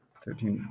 thirteen